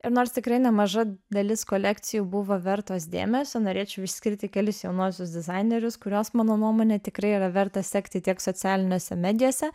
ir nors tikrai nemaža dalis kolekcijų buvo vertos dėmesio norėčiau išskirti kelis jaunuosius dizainerius kuriuos mano nuomone tikrai yra verta sekti tiek socialinėse medijose